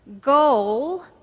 goal